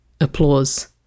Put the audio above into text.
applause